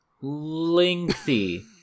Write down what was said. lengthy